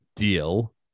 deal